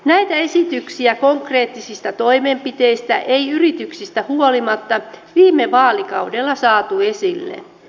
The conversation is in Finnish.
näitä esityksiä konkreettisista toimenpiteistä ei yrityksistä huolimatta viime vaalikaudella saatu esille